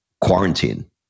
quarantine